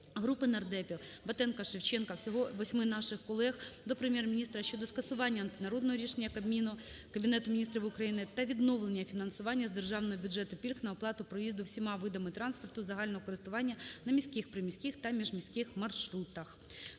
депутатів (Батенка, Шевченка. Всього 8 наших колег) до Прем'єр-міністра щодо скасування антинародного рішення Кабінету міністрів України та відновлення фінансування з державного бюджету пільг на оплату проїзду всіма видами транспорту загального користування на міських, приміських та міжміських маршрутах.